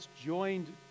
joined